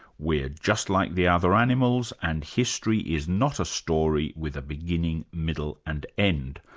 we're just like the other animals, and history is not a story with a beginning, middle and end.